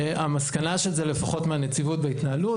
המסקנה של זה לפחות מהנציבות בהתנהלות,